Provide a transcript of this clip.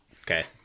Okay